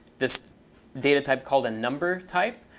this data type called a number type,